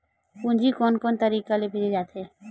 पूंजी कोन कोन तरीका ले भेजे जाथे?